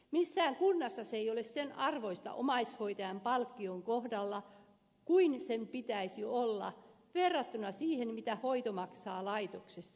missään kunnassa se ei ole sen arvoista omaishoitajan palkkion kohdalla mitä sen pitäisi olla verrattuna siihen mitä hoito maksaa laitoksessa